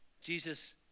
Jesus